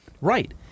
Right